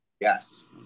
yes